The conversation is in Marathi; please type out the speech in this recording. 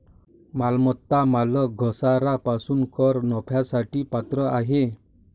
मालमत्ता मालक घसारा पासून कर नफ्यासाठी पात्र आहे